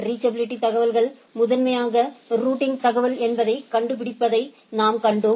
reachability தகவல்கள் முதன்மையாக routing தகவல் என்பதைக் கண்டுபிடிப்பதை நாம் கண்டோம்